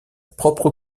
propre